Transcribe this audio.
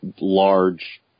large